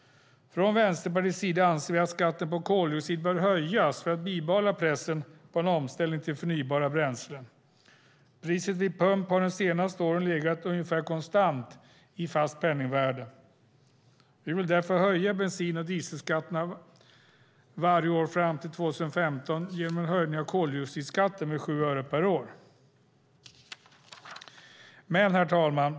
Från Vänsterpartiets sida anser vi att skatten på koldioxid bör höjas för att bibehålla pressen på en omställning till förnybara bränslen. Priset vid pump har de senaste åren legat ungefär konstant i fast penningvärde. Vi vill därför höja bensin och dieselskatterna varje år fram till 2015 genom en höjning av koldioxidskatten med 7 öre per år. Herr talman!